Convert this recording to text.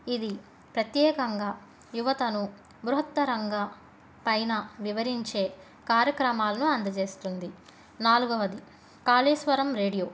ఇది ప్రత్యేకంగా యువతను బృహత్తరంగా పైన వివరించే కార్యక్రమాలను అందజేస్తుంది నాలుగవది కాళేశ్వరం రేడియో